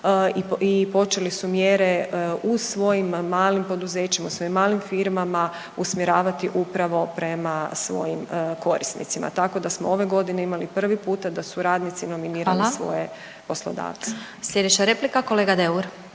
i počeli su mjere u svojim malim poduzećima, svojim malim firmama usmjeravati upravo prema svojim korisnicima, tako da smo ove godine imali prvi puta da su radnici .../Upadica: Hvala./... nominirali svoje poslodavce. **Glasovac, Sabina (SDP)** Sljedeća replika, kolega Deur,